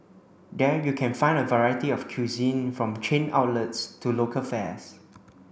there you can find a variety of cuisine from chain outlets to local fares